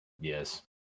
yes